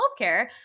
healthcare